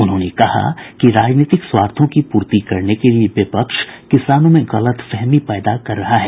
उन्होंने कहा कि राजनीतिक स्वार्थों की पूर्ति करने के लिए विपक्ष किसानों में गलतफहमी पैदा कर रहा है